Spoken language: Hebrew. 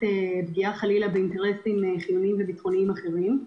פגיעה באינטרסים ביטחוניים חיוניים אחרים.